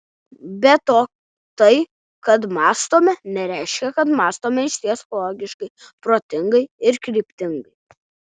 be to tai kad mąstome nereiškia kad mąstome išties logiškai protingai ir kryptingai